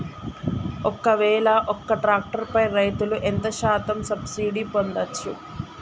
ఒక్కవేల ఒక్క ట్రాక్టర్ పై రైతులు ఎంత శాతం సబ్సిడీ పొందచ్చు?